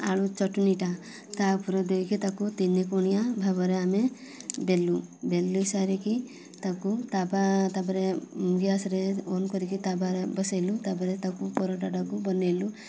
ଆଳୁ ଚଟଣିଟା ତା ଉପରେ ଦେଇକି ତାକୁ ତିନି କୋଣିଆ ଭାବରେ ଆମେ ବେଲୁ ବେଲି ସାରିକି ତାକୁ ତାୱା ତା'ପରେ ଗ୍ୟାସରେ ଅନ୍ କରିକି ତାୱାରେ ବସାଇଲୁ ତା'ପରେ ତାକୁ ପରଟାଟାକୁ ବନାଇଲୁ